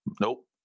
Nope